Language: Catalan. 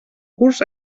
curs